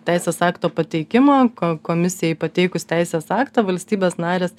teisės akto pateikimo ko komisijai pateikus teisės aktą valstybės narės